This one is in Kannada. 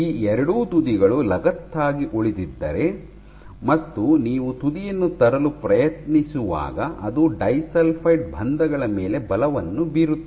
ಈ ಎರಡೂ ತುದಿಗಳು ಲಗತ್ತಾಗಿ ಉಳಿದಿದ್ದರೆ ಮತ್ತು ನೀವು ತುದಿಯನ್ನು ತರಲು ಪ್ರಯತ್ನಿಸುವಾಗ ಅದು ಡೈಸಲ್ಫೈಡ್ ಬಂಧಗಳ ಮೇಲೆ ಬಲವನ್ನು ಬೀರುತ್ತದೆ